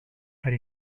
are